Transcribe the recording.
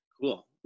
Cool